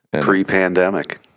Pre-pandemic